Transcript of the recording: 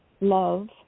love